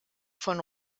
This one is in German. von